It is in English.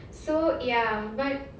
so ya but